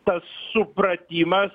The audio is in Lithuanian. tas supratimas